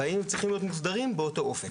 והאם הם צריכים להיות מוסדרים באותו אופן.